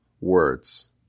words